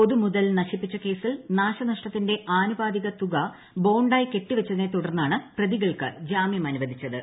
പൊതുമുതൽ നശിപ്പിച്ച കേസിൽ നാശ നഷ്ടത്തിന്റെ ആനുപാതിക തുക ബോണ്ടായി കെട്ടിവെച്ചതിനെ തുടർന്നാണ് പ്രതികൾക്ക് ജാമ്യം അനുവദിച്ചത്